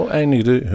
eindigde